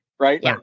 Right